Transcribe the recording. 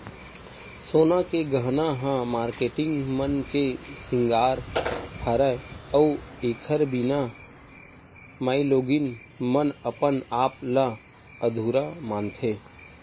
सोना के गहना ह मारकेटिंग मन के सिंगार हरय अउ एखर बिना माइलोगिन मन अपन आप ल अधुरा मानथे